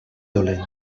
dolent